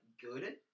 good